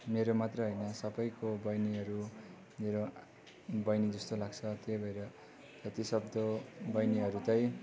मेरो मात्र होइन सबैको बहिनीहरू मेरो बहिनी जस्तो लाग्छ त्यही भएर जतिसक्दो बहिनीहरू त्यही